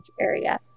area